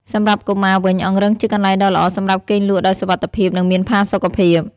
សម្រាប់កុមារវិញ អង្រឹងជាកន្លែងដ៏ល្អសម្រាប់គេងលក់ដោយសុវត្ថិភាពនិងមានផាសុកភាព។